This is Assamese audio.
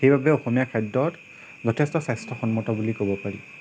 সেইবাবে অসমীয়া খাদ্য যথেষ্ট স্বাস্থ্যসন্মত বুলি ক'ব পাৰি